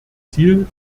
ziel